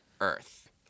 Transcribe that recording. Earth